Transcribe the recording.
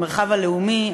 המרחב הלאומי,